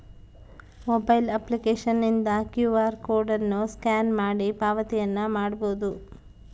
mobile ಅಪ್ಲಿಕೇಶನ್ನಿಂದ Q R code ಅನ್ನು scan ಮಾಡಿ ಪಾವತಿಯನ್ನ ಮಾಡಬೊದು